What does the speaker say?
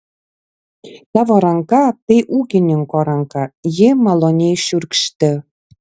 tavo ranka tai ūkininko ranka ji maloniai šiurkšti